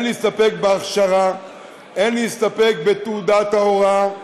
אין להסתפק בהכשרה ואין להסתפק בתעודה ההוראה.